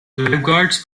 lifeguards